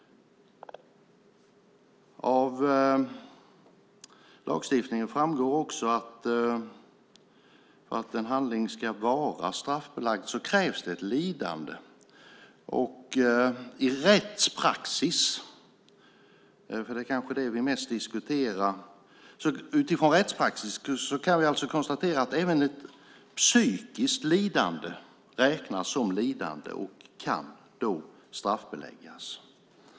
Av lagstiftningen framgår också att för att en handling ska vara straffbelagd krävs det ett lidande. Utifrån rättspraxis, det är kanske det vi mest diskuterar, kan vi alltså konstatera att även ett psykiskt lidande räknas som lidande och kan straffbeläggas.